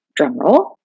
drumroll